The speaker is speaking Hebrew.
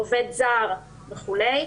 עובד זר וכולי,